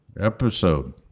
episode